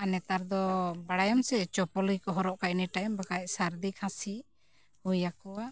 ᱟᱨ ᱱᱮᱛᱟᱨ ᱫᱚ ᱵᱟᱲᱟᱭᱟᱢ ᱥᱮ ᱪᱚᱯᱚᱞ ᱜᱮᱠᱚ ᱦᱚᱨᱚᱜ ᱠᱟᱜᱼᱟ ᱵᱟᱠᱷᱟᱡ ᱥᱟᱨᱫᱤ ᱠᱷᱟᱸᱥᱤ ᱦᱩᱭ ᱟᱠᱚᱣᱟ